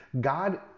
God